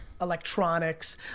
Electronics